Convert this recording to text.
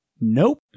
Nope